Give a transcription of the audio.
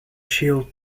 shield